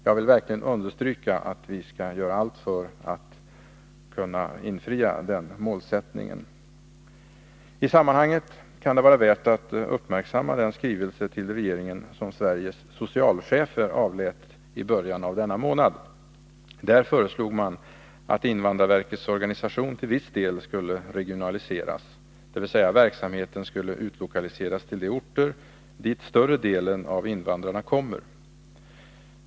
Jag vill verkligen understryka att vi skall göra allt för att kunna förverkliga den målsättningen. I sammanhanget kan det vara värt att uppmärksamma den skrivelse till regeringen som Sveriges socialchefer avlät i början av denna månad. Där föreslog man att invandrarverkets organisation till viss del skulle regionaliseras, dvs. verksamheten skulle utlokaliseras till de orter dit större delen av invandrarna kommer.